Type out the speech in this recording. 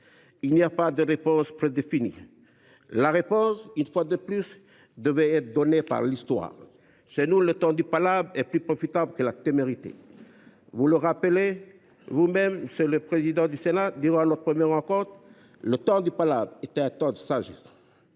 Il n’y a pas de réponse prédéfinie. La réponse, une fois de plus, devrait être donnée par l’histoire. Chez nous, le temps du palabre est plus profitable que la témérité. Le Président du Sénat l’a lui même rappelé, lors de notre première rencontre : le temps du palabre est un temps de sagesse.